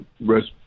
rest